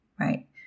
right